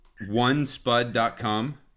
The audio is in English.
onespud.com